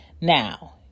Now